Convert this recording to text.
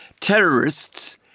terrorists